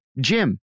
Jim